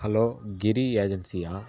hello Giri ஏஜென்சியா